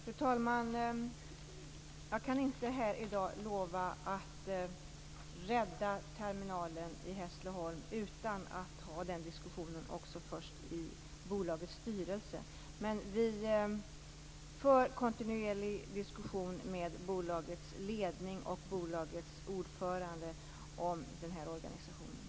Fru talman! Jag kan inte här i dag lova att rädda terminalen i Hässleholm utan att det först varit en diskussion i bolagets styrelse. Vi för kontinuerligt en diskussion med bolagets ledning och ordförande om den här organisationen.